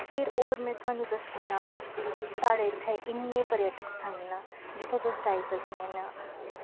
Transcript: फिर और में थोआनूं दस्सनी आं साढ़े इत्थें इन्ने पर्यटक स्थल न जित्थें तुस जाई सकने न